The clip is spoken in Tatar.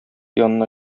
янына